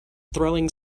throwing